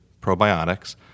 probiotics